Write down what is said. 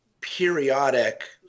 periodic